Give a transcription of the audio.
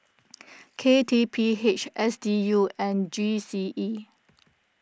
K T P H S D U and G C E